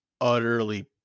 utterly